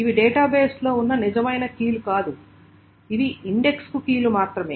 ఇవి డేటాబేస్లో ఉన్న నిజమైన కీలు కాదు ఇవి ఇండెక్స్ కు కీలు మాత్రమే